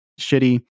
shitty